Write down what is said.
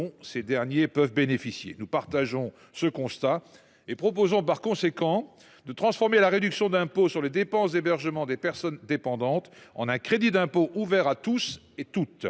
ces derniers peuvent bénéficier. Nous partageons ce constat et proposons, par conséquent, de transformer la réduction d’impôt sur les dépenses d’hébergement des personnes dépendantes en un crédit d’impôt ouvert à toutes et à tous.